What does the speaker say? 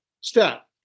step